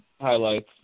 highlights